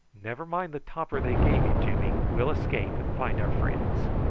never mind the topper they gave you, jimmy. we'll escape and find our friends.